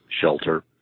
shelter